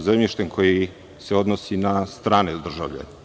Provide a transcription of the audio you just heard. zemljištem koji se odnosi na strane državljane